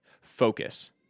Focus